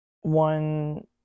one